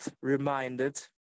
reminded